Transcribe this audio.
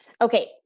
okay